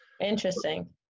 Interesting